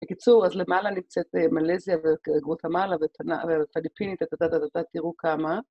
בקיצור, אז למעלה נמצאת מלזיה וגואטמלה ופליפינית, תראו כמה.